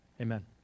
amen